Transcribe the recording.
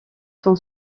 sont